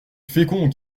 fécond